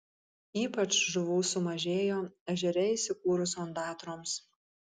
ypač žuvų sumažėjo ežere įsikūrus ondatroms